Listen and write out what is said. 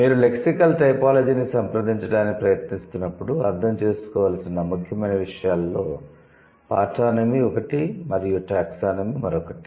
మీరు లెక్సికల్ టైపోలాజీని సంప్రదించడానికి ప్రయత్నిస్తున్నప్పుడు అర్థం చేసుకోవలసిన ముఖ్యమైన విషయాలలో 'పార్టానమీ' ఒకటి మరియు 'టాక్సానమీ' మరొకటి